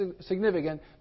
significant